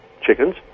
chickens